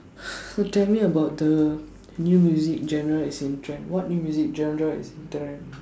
tell me about the new music genre that's in trend what music genre is in trend